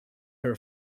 her